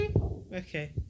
okay